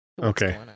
Okay